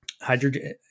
hydrogen